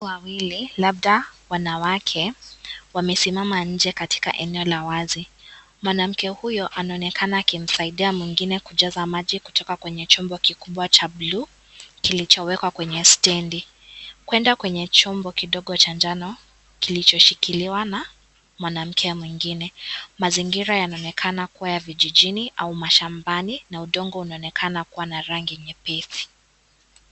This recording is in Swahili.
Watu wawili labda wanawake, wamesimama nje katika eneo la wazi, mwanamke huyo anaonekana akimsaidia mwingine kujaza maji kutoka kwenye chombo kikubwa cha bluu kilichowekwa kwenye stendi Kuenda kwenye chombo kidogo cha njano kilichoshikiliwa na mwanamke mwingine . Mazingira yanaonekana kuwa ya vijijini au mashambani na udongo unonekana kuwa na rangi nyepesi .